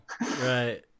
right